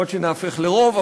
יכול להיות שנהפוך לרוב,